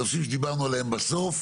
הנושאים שדיברנו עליהם בסוף,